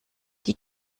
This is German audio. die